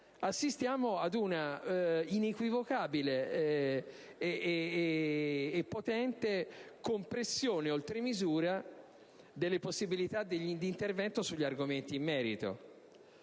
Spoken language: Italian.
assistiamo ad una inequivocabile e potente compressione oltre misura delle possibilità di intervento sugli argomenti in merito.